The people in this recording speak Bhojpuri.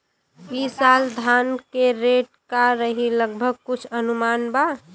ई साल धान के रेट का रही लगभग कुछ अनुमान बा?